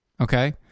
okay